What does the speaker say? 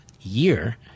year